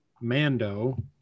Mando